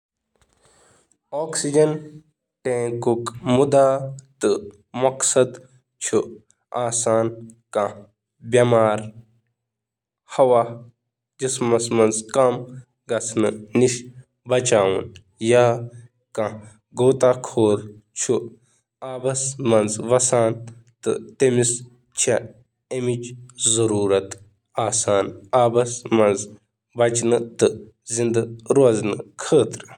Oxygen tank چھُ مٔریٖضَس oxygen نِنَس منٛز مدد کران تہٕ ژھرٛانٛڑَن والٮ۪ن خٲطرٕ چھُ آکسیجن ٹینکٕچ ضروٗرت آسان۔